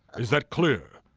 is that clear?